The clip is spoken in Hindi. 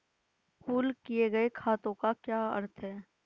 पूल किए गए खातों का क्या अर्थ है?